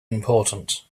important